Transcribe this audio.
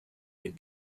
ihr